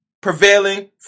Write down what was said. prevailing